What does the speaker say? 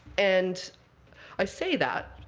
and i say that